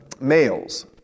males